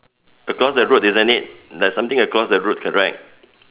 across the road isn't it there's something across the road correct